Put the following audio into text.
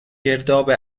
گرداب